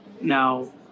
Now